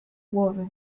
głowy